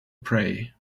pray